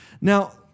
Now